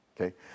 Okay